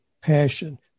passion